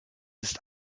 ist